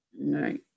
right